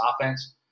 offense